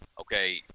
okay